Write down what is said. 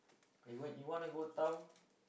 eh when you wanna go town